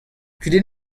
kudenn